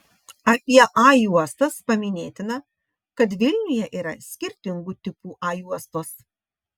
apie a juostas paminėtina kad vilniuje yra skirtingų tipų a juostos